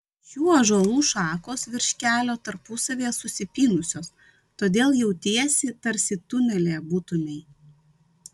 šių ąžuolų šakos virš kelio tarpusavyje susipynusios todėl jautiesi tarsi tunelyje būtumei